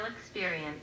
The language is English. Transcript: Experience